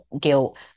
guilt